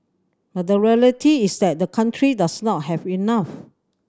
but the reality is that the country does not have enough